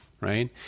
right